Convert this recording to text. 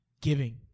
giving